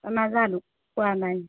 নাজানো কোৱা নাই